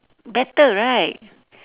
better right